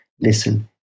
Listen